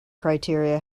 criteria